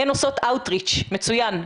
הן עושות אאוטריץ' מצוין.